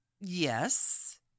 Yes